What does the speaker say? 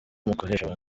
umukoresha